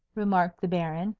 remarked the baron,